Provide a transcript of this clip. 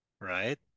right